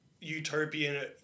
utopian